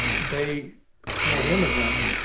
they weren't immigrants.